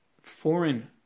foreign